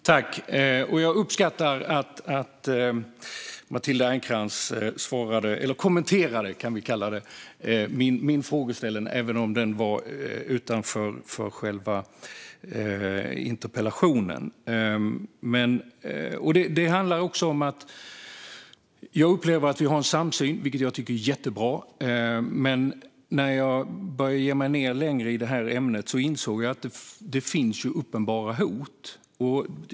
Herr talman! Jag uppskattar att Matilda Ernkrans svarade på - eller kommenterade, kan vi kalla det - min frågeställning även om den var utanför själva interpellationen. Jag upplever att vi har en samsyn, vilket jag tycker är jättebra. Men när jag började gå längre in i ämnet insåg jag att det finns uppenbara hot.